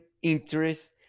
interest